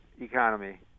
economy